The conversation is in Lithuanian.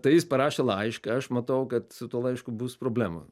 tai jis parašė laišką aš matau kad su tuo laišku bus problemų